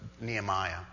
Nehemiah